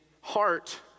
heart